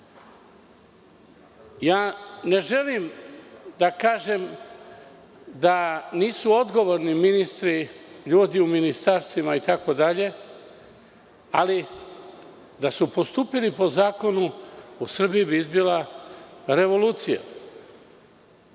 želim da kažem da nisu odgovorni ministri, ljudi u ministarstvima, itd, ali da su postupili po zakonu, u Srbiji bi izbila revolucija.